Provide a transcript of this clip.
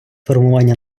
формування